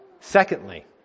Secondly